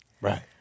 Right